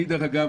יעקב,